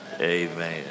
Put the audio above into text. amen